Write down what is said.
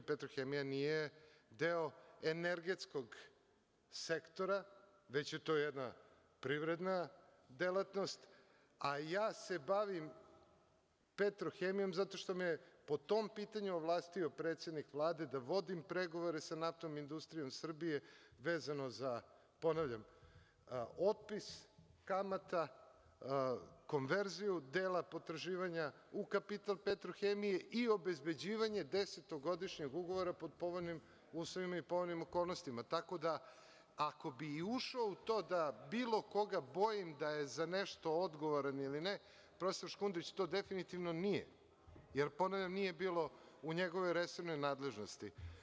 Petrohemija“ nije deo energetskog sektora, već je to jedna privredna delatnost, a ja se bavim „Petrohemijom“ zato što me po tom pitanju ovlastio predsednik Vlade da vodim pregovore sa NIS vezano za, ponavljam, otpis, kamata, konverziju dela potraživanja u kapital „Petrohemije“ i obezbeđivanje desetogodišnjeg ugovora po povoljnim uslovima i povoljnim okolnostima, tako da ako bi i ušao u to da bilo koga bojim da je za nešto odgovoran ili ne, profesor Škundrić to definitivno nije jer, ponavljam, nije bilo u njegovoj resornoj nadležnosti.